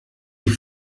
die